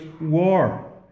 war